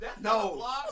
No